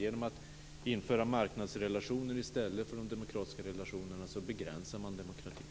Genom att införa marknadsrelationer i stället för de demokratiska relationerna begränsar man demokratin.